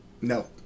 no